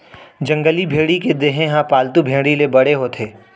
जंगली भेड़ी के देहे ह पालतू भेड़ी ले बड़े होथे